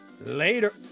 Later